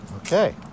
Okay